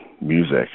music